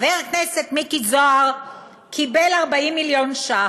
חבר הכנסת מיקי זוהר קיבל 40 מיליון שקל,